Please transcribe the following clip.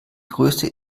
größte